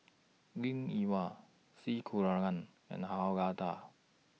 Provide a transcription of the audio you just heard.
Linn in Hua C Kunalan and Han Lao DA